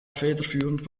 federführend